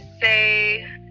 say